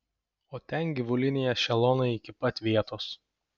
o ten gyvuliniai ešelonai iki pat vietos